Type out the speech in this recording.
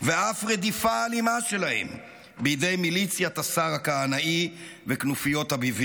ואף רדיפה אלימה שלהם בידי מיליציית השר הכהנאי וכנופיות הביבים,